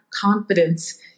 confidence